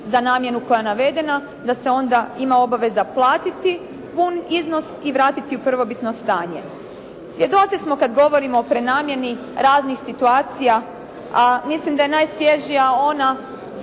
za namjenu koja je navedena, da se onda ima obaveza platiti pun iznos i vratiti u prvobitno stanje. Svjedoci smo kada govorimo prenamjeni raznih situacija, a mislim da je najsvježija ona